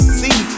see